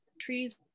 trees